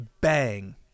bang